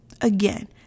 Again